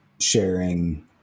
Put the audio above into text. sharing